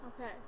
okay